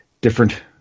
different